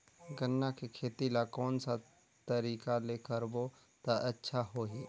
गन्ना के खेती ला कोन सा तरीका ले करबो त अच्छा होही?